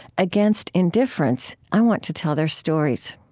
against indifference, i want to tell their stories.